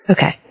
Okay